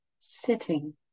sitting